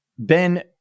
ben